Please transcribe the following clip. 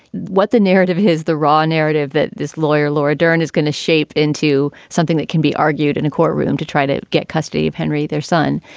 what the narrative here's the raw narrative that this lawyer, laura dern, is going to shape into something that can be argued in a courtroom to try to get custody of henry, their son.